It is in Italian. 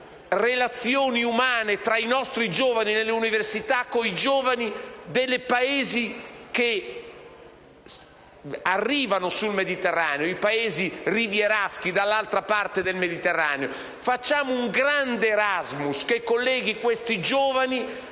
relazioni umane con i giovani universitari dei Paesi che si affacciano sul Mediterraneo, i Paesi rivieraschi dall'altra parte del Mediterraneo. Facciamo un grande Erasmus che colleghi questi giovani